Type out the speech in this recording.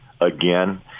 again